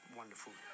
wonderful